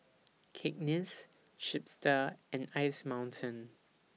Cakenis Chipster and Ice Mountain